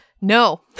No